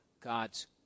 God's